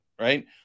right